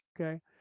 Okay